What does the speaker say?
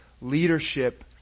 leadership